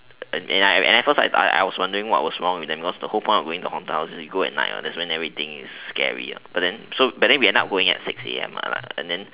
and I and and at first I I was wondering what was wrong with them because the whole point of going the down is to go at night that is when everything is scary ya but then so we end up going at six A_M lah then